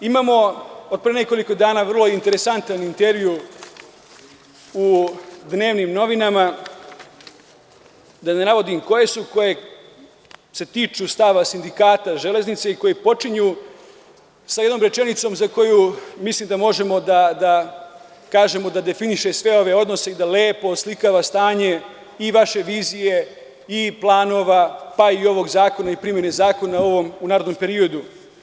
Imamo od pre nekoliko dana vrlo interesantan intervjuu u dnevnim novinama, da ne navodim koje su, koje se tiču stava sindikata železnice i koji počinje sa jednom rečenicom za koju mislim da možemo da kažemo da definiše sve ove odnose i da lepo oslikava stanje i vaše vizije i planova, pa i ovog zakona, primene ovog zakona u narednom periodu.